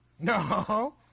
No